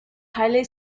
highly